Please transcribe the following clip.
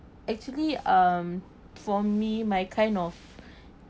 actually um for me my kind of